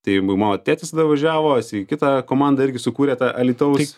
tai mama o tėtis tada važiavo jisai kitą komandą irgi sukūrė tą alytaus